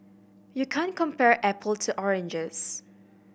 you can't compare apples to oranges